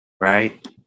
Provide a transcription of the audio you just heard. right